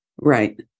Right